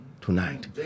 Tonight